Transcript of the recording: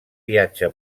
viatge